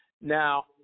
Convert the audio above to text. Now